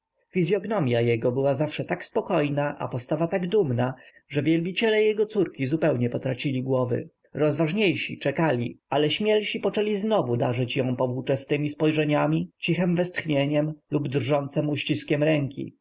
fizyognomia jego była zawsze tak spokojna a postawa tak dumna że wielbiciele jego córki zupełnie potracili głowy rozważniejsi czekali ale śmielsi poczęli znowu darzyć ją powłóczystemi spojrzeniami cichem westchnieniem lub drżącym uściskiem ręki